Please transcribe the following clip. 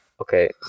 Okay